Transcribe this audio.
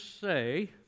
say